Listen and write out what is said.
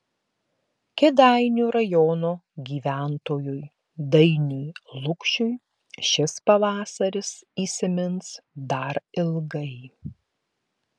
kėdainių rajono gyventojui dainiui lukšiui šis pavasaris įsimins dar ilgai